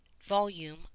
Volume